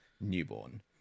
Newborn